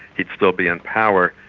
he'd still be in power.